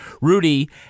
Rudy